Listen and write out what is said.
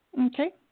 Okay